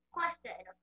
Question